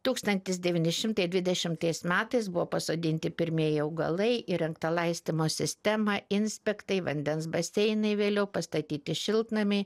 tūkstantis devyni šimtai dvidešimtais metais buvo pasodinti pirmieji augalai įrengta laistymo sistema inspektai vandens baseinai vėliau pastatyti šiltnamiai